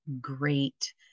great